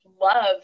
love